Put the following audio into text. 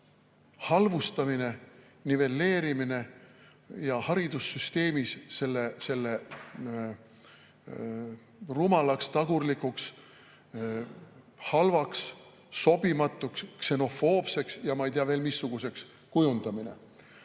halvustamine, nivelleerimine ja haridussüsteemis selle rumalaks, tagurlikuks, halvaks, sobimatuks, ksenofoobseks ja ma ei tea veel missuguseks kujundamine.